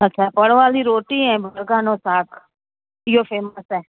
अच्छा पड़वाली रोटी ऐं मरघानो साकु इहो फ़ेमस आहे